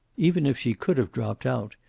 even if she could have dropped out,